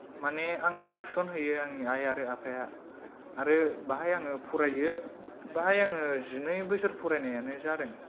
माने आंखौ थिसनहोयो आंनि आइ आरो आफाया आरो बेहाय आङो फरायो बेहाय आङो जिनै बोसोर फरायनायानो जादों